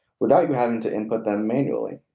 without you having to input them manually.